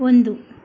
ಒಂದು